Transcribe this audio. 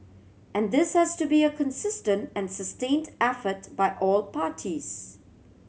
and this has to be a consistent and sustained effort by all parties